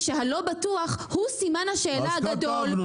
שהלא בטוח הוא סימן השאלה הגדול,